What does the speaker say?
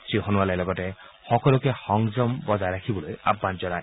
শ্ৰীসোণোৱালে লগতে সকলোকে সংযম বজাই ৰাখিবলৈ আয়ান জনায়